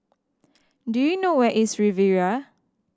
do you know where is Riviera